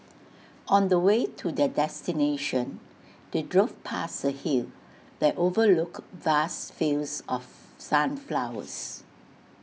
on the way to their destination they drove past A hill that overlooked vast fields of sunflowers